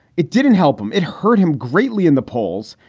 it didn't help him. it hurt him greatly in the polls.